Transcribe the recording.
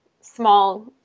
small